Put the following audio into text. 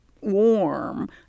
warm